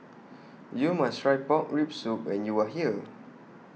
YOU must Try Pork Rib Soup when YOU Are here